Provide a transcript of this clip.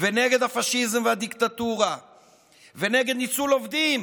ונגד הפשיזם והדיקטטורה ונגד ניצול עובדים